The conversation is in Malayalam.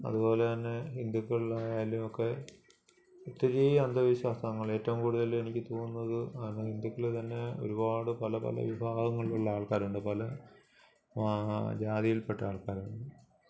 അതുപോലെതന്നെ ഹിന്ദുക്കളിലായാലും ഒക്കെ ഇത്തിരീ അന്ധവിശ്വാസങ്ങൾ ഏറ്റവും കൂടുതൽ എനിക്ക് തോന്നുന്നത് ഹിന്ദുക്കൾ തന്നെ ഒരുപാട് പല പല വിഭാഗങ്ങളിലുള്ള ആൾക്കാരുണ്ട് പല ജാതിയിൽപ്പെട്ട ആൾക്കാരുണ്ട്